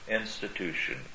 institution